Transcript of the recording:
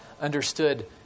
understood